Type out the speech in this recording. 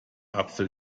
apfel